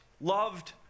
loved